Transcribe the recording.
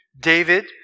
David